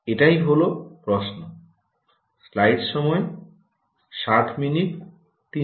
এটাই হল প্রশ্ন